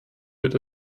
wird